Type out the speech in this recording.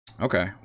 okay